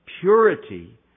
purity